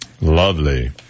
Lovely